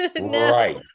right